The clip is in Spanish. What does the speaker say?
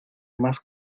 más